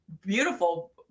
beautiful